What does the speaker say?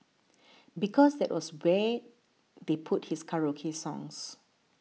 because that was where they put his karaoke songs